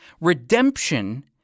Redemption